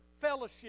fellowship